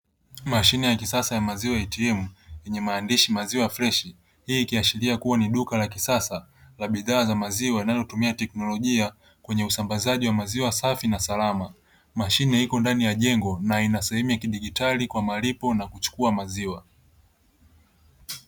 Mashine ya kisasa ya maziwa "ATM" yenye maandishi maziwa freshi. Hii ikiashiria kuwa ni duka la kisasa la bidhaa za maziwa linalotumia teknolojia kwenye usambazaji wa maziwa safi na salama. Mashine iko ndani ya jengo na ina sehemu ya kidigitali kwa malipo na kuchukua maziwa.